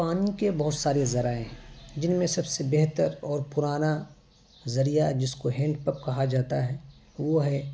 پانی کے بہت سارے ذرائع ہیں جن میں سب سے بہتر اور پرانا ذریعہ جس کو ہینڈ پمپ کہا جاتا ہے وہ ہے